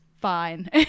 fine